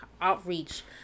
outreach